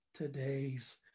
today's